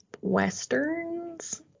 Westerns